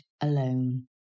alone